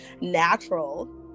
Natural